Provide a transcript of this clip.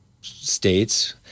states